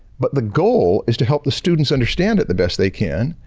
but the goal is to help the students understand it the best they can.